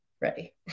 ready